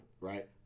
right